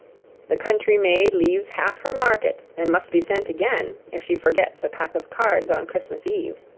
the country maid leaves half her market, and must be sent again, if she forgets a pack of cards on christmas eve.